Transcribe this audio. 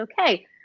okay